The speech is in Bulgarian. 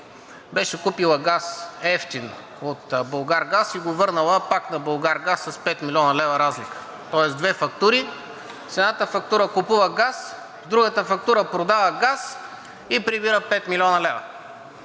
беше купила газ – евтин, от Булгаргаз и го върнала пак на Булгаргаз с 5 млн. лв. разлика. Тоест две фактури – с едната фактура купува газ, с другата фактура продава газ и прибира 5 млн. лв.